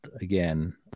again